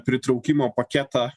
pritraukimo paketą